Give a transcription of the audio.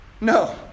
No